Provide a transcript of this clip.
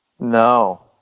No